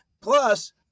Plus